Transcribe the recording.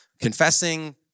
confessing